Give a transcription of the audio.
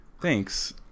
Thanks